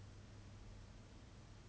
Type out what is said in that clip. that one is confirm